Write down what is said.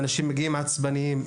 אנשים מגיעים עצבניים,